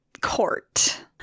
court